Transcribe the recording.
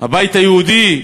הבית היהודי,